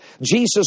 Jesus